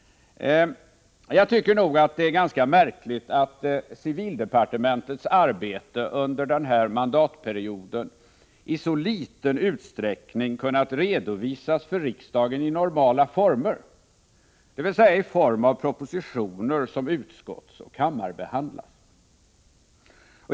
Jag tycker nog att det är ganska märkligt att civildepartementets arbete under den här mandatperioden i så liten utsträckning kunnat redovisas för riksdagen i normala former, dvs. i form av propositioner som utskottsoch kammarbehandlas.